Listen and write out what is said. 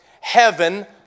heaven